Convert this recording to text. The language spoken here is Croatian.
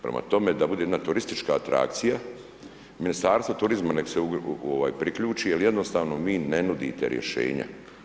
Prema tome, da bude jedna turistička atrakcija, Ministarstvo turizma nek se priključi jer jednostavno vi ne nudite rješenja.